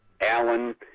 Alan